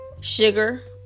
sugar